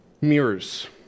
Mirrors